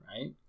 right